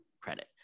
credit